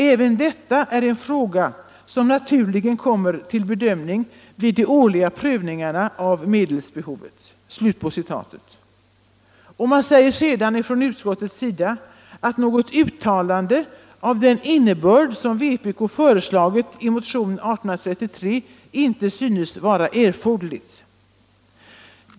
Även detta är en fråga som naturligen kommer till bedömning vid de årliga prövningarna av medelsbehovet.” Därefter säger utskottet att något uttalande av den innebörd som vpk föreslagit i motionen 1833 inte synes erforderligt.